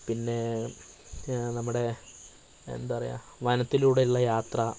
പിന്നെ നമ്മുടെ എന്താ പറയുക വനത്തിലൂടെ ഉള്ള യാത്ര